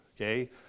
Okay